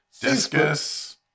Discus